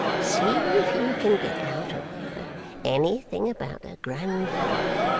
see if you can get out of her anything about her grandfather,